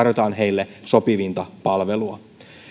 tarjotaan heille sopivinta palvelua